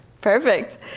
Perfect